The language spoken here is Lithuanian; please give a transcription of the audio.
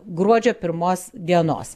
gruodžio pirmos dienos